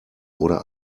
oder